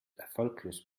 erfolglos